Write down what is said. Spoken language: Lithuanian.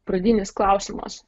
pradinis klausimas